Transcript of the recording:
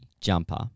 jumper